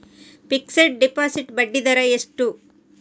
Fixed deposit ಬಡ್ಡಿ ದರ ಎಷ್ಟು?